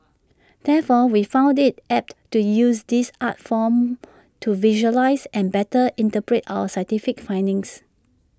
therefore we found IT apt to use this art form to visualise and better interpret our scientific findings